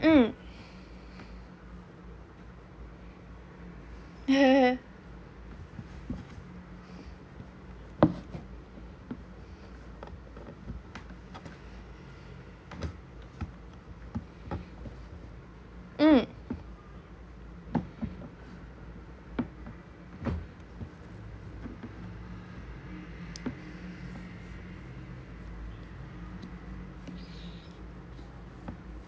mm mm